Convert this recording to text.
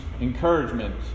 encouragement